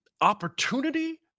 opportunity